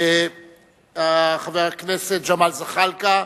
חבר הכנסת ג'מאל זחאלקה,